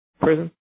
Prison